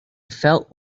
felt